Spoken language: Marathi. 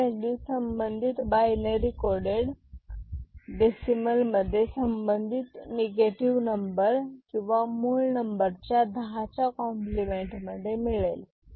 ही व्हॅल्यू संबंधित बाइनरी कोडेड डेसिमल मध्ये संबंधित निगेटिव्ह नंबर किंवा मूळ नंबरच्या दहाच्या कॉम्प्लिमेंट मध्ये मिळेल